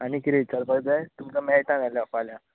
आनी किरें विचारपाक जाय तुमका मेळटा नाल्यार हांव फाल्यां